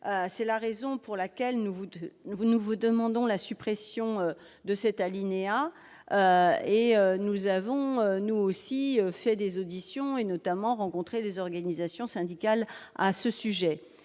c'est la raison pour laquelle nous vous devez vous nous vous demandons la suppression de cet alinéa, et nous avons nous aussi fait des auditions et notamment rencontré les organisations syndicales à ce sujet,